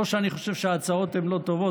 לא שאני חושב שההצעות הן לא טובות,